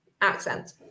accent